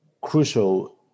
crucial